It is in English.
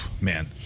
man